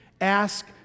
ask